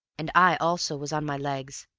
and i also was on my legs.